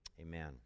Amen